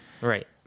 right